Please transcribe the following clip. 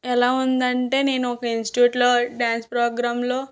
ఎలా ఉందంటే నేను ఒక ఇన్స్టిట్యూట్లో డ్యాన్స్ ప్రోగ్రాంలో